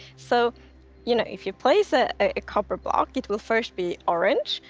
so you know if you place a ah copper block, it will first be orange.